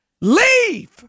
Leave